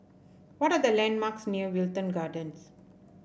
what are the landmarks near Wilton Gardens